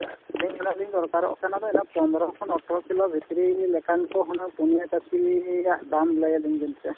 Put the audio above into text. ᱟᱹᱞᱤᱧ ᱫᱚ ᱦᱟᱸᱜ ᱞᱤᱧ ᱫᱚᱨᱠᱟᱨᱚᱜ ᱠᱟᱱᱟ ᱤᱱᱟᱹ ᱯᱚᱱᱨᱚ ᱠᱷᱚᱱ ᱟᱴᱷᱨᱚ ᱠᱤᱞᱳ ᱵᱷᱤᱛᱨᱤ ᱞᱮᱠᱟᱱ ᱠᱚ ᱦᱩᱱᱟᱹᱝ ᱯᱩᱱᱤᱭᱟᱹ ᱠᱟᱹᱥᱤᱭᱟᱜ ᱫᱟᱢ ᱞᱟᱹᱭ ᱟᱹᱞᱤᱧ ᱵᱮᱱ ᱥᱮ